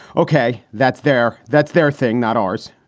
ok, that's their that's their thing, not ours?